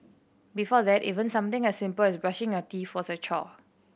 before that even something as simple as brushing our teeth was a chore